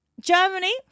Germany